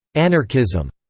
anarchism.